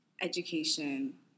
education